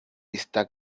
está